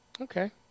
Okay